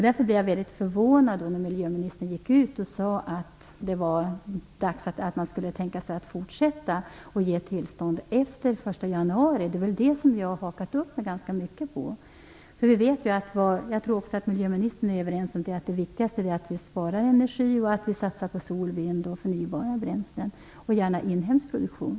Jag blev därför förvånad när miljöministern gick ut och sade att man kunde tänka sig att fortsätta att ge tillstånd efter den 1 januari. Det är det som jag har hakat upp mig ganska mycket på. Jag tror också att miljöministern och jag är överens om att det viktigaste är att vi sparar energi och satsar på sol, vind och förnybara bränslen, och gärna inhemsk produktion.